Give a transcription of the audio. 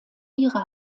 ihre